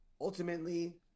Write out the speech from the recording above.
ultimately